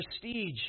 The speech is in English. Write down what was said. prestige